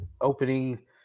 opening